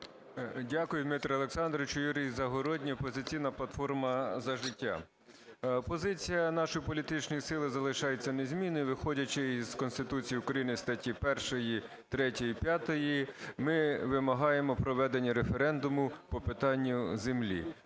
Дякую, Дмитре Олександровичу. Юрій Загородній, "Опозиційна платформа - За життя". Позиція нашої політичної сили залишається незмінною, виходячи із Конституції України статті 1, 3, 5: ми вимагаємо проведення референдуму по питанню землі.